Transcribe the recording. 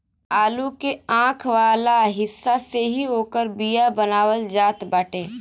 आलू के आंख वाला हिस्सा से ही ओकर बिया बनावल जात बाटे